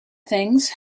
things